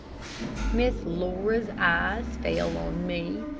miss laura's eyes fell on me.